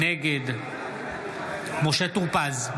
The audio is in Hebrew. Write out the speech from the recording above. נגד משה טור פז,